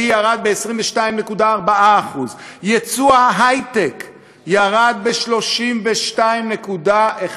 ירד ב-22.4%; יצוא ההיי-טק ירד ב-32.1%.